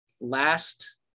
last